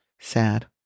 Sad